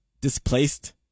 displaced